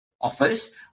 offers